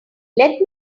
let